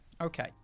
Okay